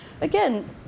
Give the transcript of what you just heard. again